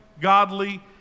godly